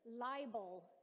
libel